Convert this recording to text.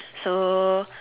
so